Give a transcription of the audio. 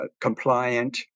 compliant